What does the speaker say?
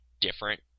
different